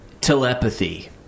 telepathy